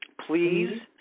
please